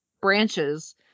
branches